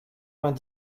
vingt